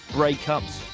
break-ups,